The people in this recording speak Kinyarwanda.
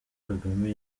kagame